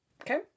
Okay